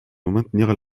maintenir